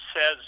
says